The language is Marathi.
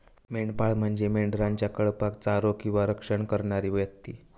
मेंढपाळ म्हणजे मेंढरांच्या कळपाक चारो किंवा रक्षण करणारी व्यक्ती